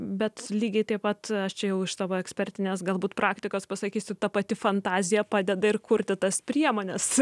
bet lygiai taip pat aš čia jau iš savo ekspertinės galbūt praktikos pasakysiu ta pati fantazija padeda ir kurti tas priemones